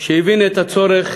שהבין את הצורך